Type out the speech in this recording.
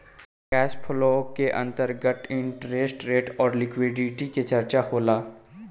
cash flow के अंतर्गत interest rate अउरी लिक्विडिटी के चरचा होला